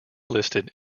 listed